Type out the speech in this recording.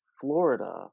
Florida